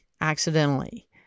accidentally